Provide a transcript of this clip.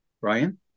Ryan